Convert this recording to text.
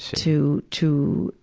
to, to,